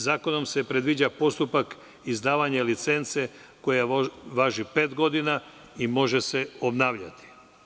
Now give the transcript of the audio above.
Zakonom se predviđa postupak izdavanja licence koja važi pet godina i može se obnavljati.